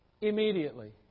Immediately